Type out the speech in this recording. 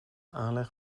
aanleg